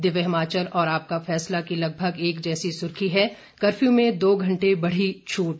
दिव्य हिमाचल और आपका फैसला की लगभग एक जैसी सुर्खी है कर्फ्यू में दो घंटे बढ़ी छूट